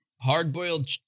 hard-boiled